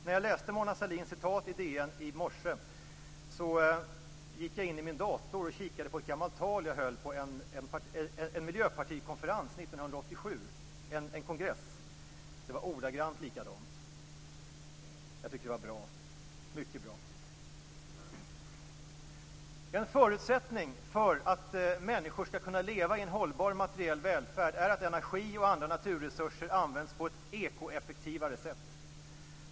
När jag läste Mona Sahlins uttalande i DN i morse gick jag in i min dator och kikade på ett gammalt tal som jag höll på en miljöpartikongress 1987. Jag hade sagt exakt det som Mona Sahlin uttalade. Jag tycker att det var mycket bra. En förutsättning för att människor skall kunna leva i en hållbar materiell välfärd är att energi och andra naturresurser används på ett ekoeffektivare sätt.